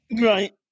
right